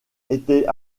était